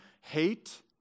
hate